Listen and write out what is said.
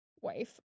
wife